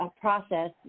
process